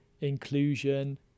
inclusion